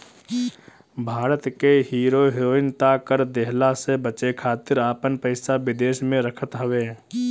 भारत के hero heroine त कर देहला से बचे खातिर आपन पइसा विदेश में रखत हवे